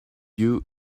you